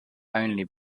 only